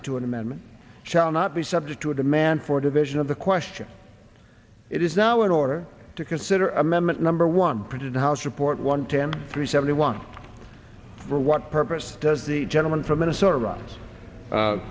amendment shall not be subject to a demand for division of the question it is now in order to consider amendment number one printed house report one ten three seventy one for what purpose does the gentleman from minnesota